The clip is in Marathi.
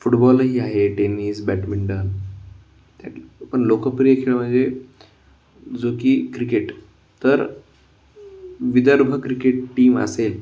फुटबॉलही आहे टेनिस बॅडमिंटन त्यात पण लोकप्रिय खेळ म्हणजे जो की क्रिकेट तर विदर्भ क्रिकेट टीम असेल